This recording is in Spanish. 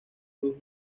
luz